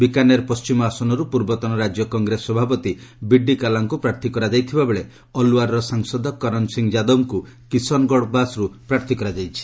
ବିକାନେର୍ ପଣ୍ଟିମ ଆସନରୁ ପୂର୍ବତନ ରାଜ୍ୟ କଂଗ୍ରେସ ସଭାପତି ବିଡି କାଲ୍ଲାଙ୍କୁ ପ୍ରାର୍ଥୀ କରାଯାଇଥିବାବେଳେ ଅଲ୍ୱାର୍ର ସାଂସଦ କରନ୍ ସିଂ ୟାଦବ୍ଙ୍କୁ କିଷନ୍ଗଡ଼ ବାସ୍ରୁ ପ୍ରାର୍ଥୀ କରାଯାଇଛି